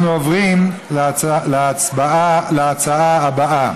אנחנו עוברים להצעה הבאה,